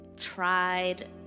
Tried